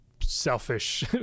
selfish